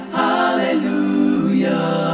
hallelujah